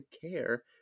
care